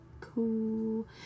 cool